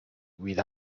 with